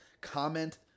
Comment